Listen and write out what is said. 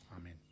Amen